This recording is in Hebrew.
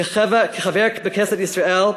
כחבר בכנסת ישראל,